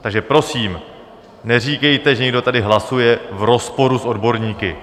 Takže prosím, neříkejte, že někdo tady hlasuje v rozporu s odborníky.